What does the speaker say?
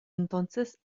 entonces